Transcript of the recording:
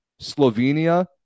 Slovenia